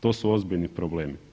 To su ozbiljni problemi.